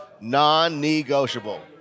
non-negotiable